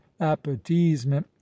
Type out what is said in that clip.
appetizement